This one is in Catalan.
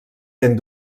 ben